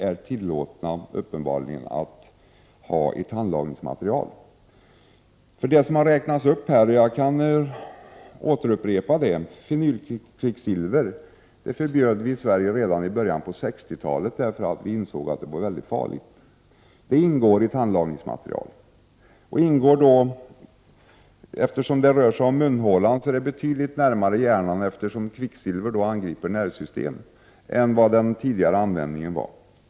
Jag kan upprepa de ämnen som har angetts här. Fenylkvicksilver förbjöd vi i Sverige redan i början av 60-talet därför att vi insåg att det var mycket farligt. Det ingår i tandlagningsmaterial. Kvicksilver angriper nervsystemet. Eftersom det rör sig om användning i munhålan kommer detta gift, då det ingår i tandlagningsmaterial, betydligt närmare hjärnan än vad som var fallet vid den tidigare nu förbjudna användningen.